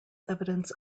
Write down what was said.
evidence